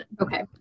Okay